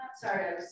Sorry